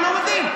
אני לא מבין.